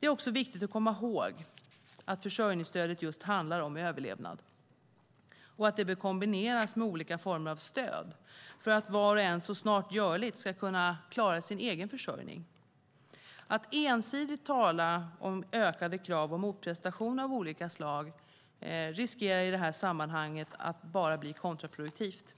Det är också viktigt att komma ihåg att försörjningsstödet just handlar om överlevnad och att det bör kombineras med olika former av stöd för att var och en så snart görligt ska kunna klara sin egen försörjning. Att ensidigt tala om ökade krav och motprestationer av olika slag riskerar i detta sammanhang att bli kontraproduktivt.